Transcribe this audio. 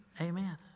Amen